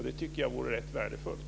Det tycker jag vore rätt värdefullt.